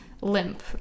limp